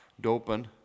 doping